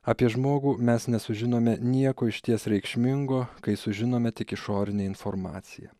apie žmogų mes nesužinome nieko išties reikšmingo kai sužinome tik išorinę informaciją